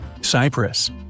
Cyprus